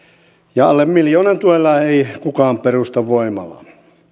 ja alle miljoonan tuella ei kukaan perusta voimalaa